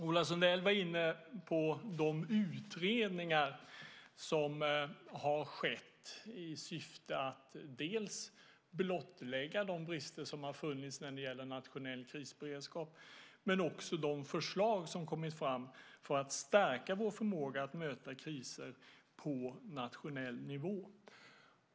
Ola Sundell var inne på dels de utredningar som har gjorts i syfte att blottlägga de brister som funnits när det gäller nationell krisberedskap, dels de förslag som har kommit fram för att stärka vår förmåga att möta kriser på nationell nivå.